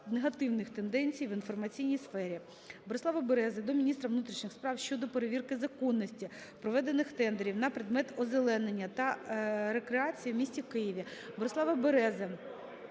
негативних тенденцій в інформаційній сфері. Борислава Берези до міністра внутрішніх справ щодо перевірки законності проведених тендерів на предмет озеленення та рекреації в місті Києві.